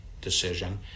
decision